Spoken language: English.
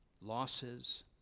losses